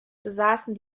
besaßen